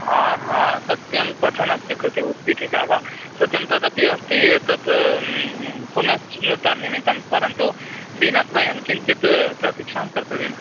हा हा सत्यं पठनस्य कृते उत्पीठिका वा सत्यं तदपि अस्ति तत् पुनश्च तन्निमित्तं परन्तु दिनद्वयं किञ्चित् प्रतीक्षा कर्तव्या अस्ति